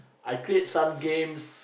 I create some games